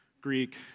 Greek